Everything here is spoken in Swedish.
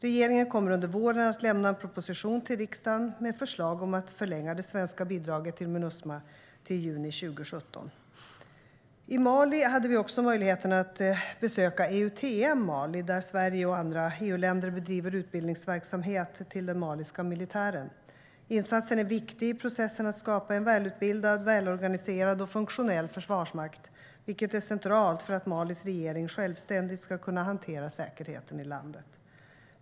Regeringen kommer under våren att lämna en proposition till riksdagen med förslag om att förlänga det svenska bidraget till Minusma till juni 2017. I Mali hade vi också möjligheten att besöka EUTM Mali, där Sverige och andra EU-länder bedriver utbildningsverksamhet till den maliska militären. Insatsen är viktig i processen att skapa en välutbildad, välorganiserad och funktionell försvarsmakt, vilket är centralt för att Malis regering självständigt ska kunna hantera säkerheten i landet.